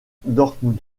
dortmund